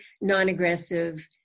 non-aggressive